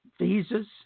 visas